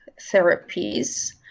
therapies